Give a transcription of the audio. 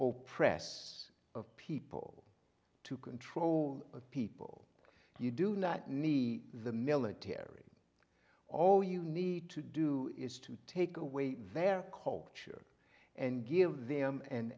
yes of people to control people you do not need the military all you need to do is to take away their culture and give them an